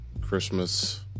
Christmas